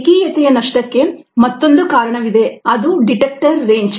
ರೇಖೀಯತೆಯ ನಷ್ಟಕ್ಕೆ ಮತ್ತೊಂದು ಕಾರಣವಿದೆ ಅದು ಡಿಟೆಕ್ಟರ್ ರೇಂಜ್